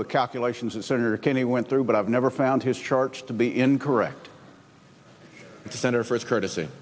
the calculations that senator kennedy went through but i've never found his charge to be incorrect center first courtesy